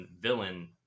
villain